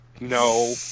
No